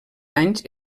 anys